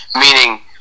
meaning